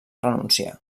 renunciar